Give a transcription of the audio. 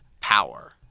power